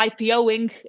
IPOing